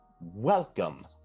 welcome